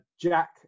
Jack